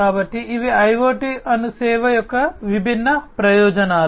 కాబట్టి ఐయోటి అను సేవ యొక్క విభిన్న ప్రయోజనాలు